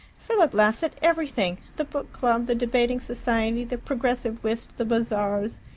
philip laughs at everything the book club, the debating society, the progressive whist, the bazaars.